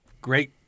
great